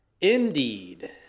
indeed